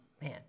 man